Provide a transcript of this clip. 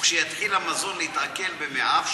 וכשיתחיל המזון להתעכל במעיו,